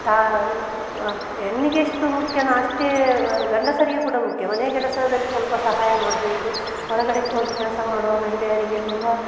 ತಾ ಹೆಣ್ಣಿಗೆಷ್ಟು ಮುಖ್ಯವೋ ಅಷ್ಟೇ ಗಂಡಸರಿಗೆ ಕೂಡ ಮುಖ್ಯ ಮನೆಯ ಕೆಲಸದಲ್ಲಿ ಸ್ವಲ್ಪ ಸಹಾಯ ಮಾಡಬೇಕು ಹೊರಗಡೆ ಹೋಗಿ ಕೆಲಸ ಮಾಡುವ ಮಹಿಳೆಯರಿಗೆ ತುಂಬ